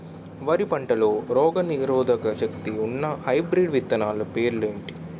వరి పంటలో రోగనిరోదక శక్తి ఉన్న హైబ్రిడ్ విత్తనాలు పేర్లు ఏంటి?